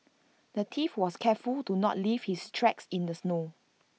the thief was careful to not leave his tracks in the snow